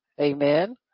Amen